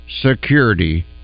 Security